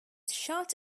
shot